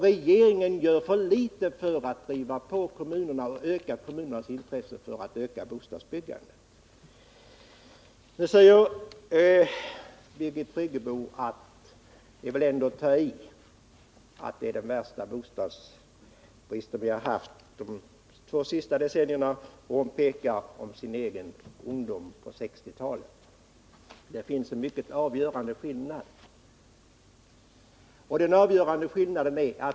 Regeringen gör för litet för att driva på kommunernas intresse för att öka bostadsbyggandet. Nu säger Birgit Friggebo att det väl ändå är att ta i att vi skulle ha den värsta bostadsbristen på de två senaste decennierna. Hon pekar på sin egen ungdom på 1960-talet. Det finns en mycket avgörande skillnad.